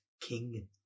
king